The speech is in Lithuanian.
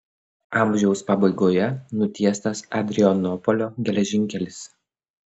amžiaus pabaigoje nutiestas adrianopolio geležinkelis